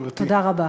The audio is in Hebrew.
תודה רבה.